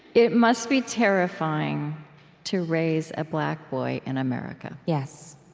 it must be terrifying to raise a black boy in america. yes.